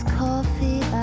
coffee